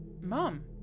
Mom